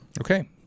Okay